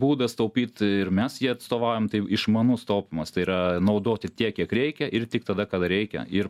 būdas taupyt ir mes jį atstovaujam tai išmanus taupymas tai yra naudoti tiek kiek reikia ir tik tada kada reikia ir